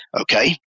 Okay